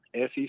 SEC